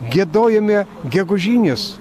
giedojome gegužines